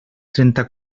trenta